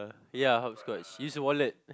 ya hopscotch use your wallet